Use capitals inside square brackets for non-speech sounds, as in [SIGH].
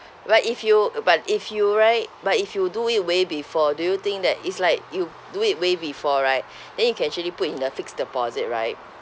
but if you uh but if you right but if you do it way before do you think that is like you do it way before right [BREATH] then you can actually put in the fixed deposit right